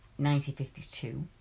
1952